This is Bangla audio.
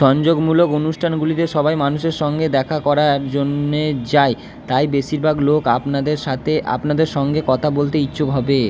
সংযোগমূলক অনুষ্ঠানগুলিতে সবাই মানুষের সঙ্গে দেখা করার জন্যে যায় তাই বেশিরভাগ লোক আপনাদের সাথে আপনাদের সঙ্গে কথা বলতে ইচ্ছুক হবে